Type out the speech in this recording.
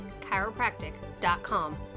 chiropractic.com